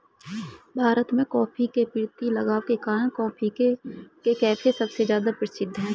भारत में, कॉफ़ी के प्रति लगाव के कारण, कॉफी के कैफ़े सबसे ज्यादा प्रसिद्ध है